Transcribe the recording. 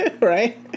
right